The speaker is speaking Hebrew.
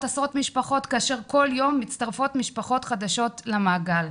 עשרות משפחות כאשר כל יום מצטרפות משפחות חדשות למעגל.